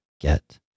get